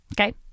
okay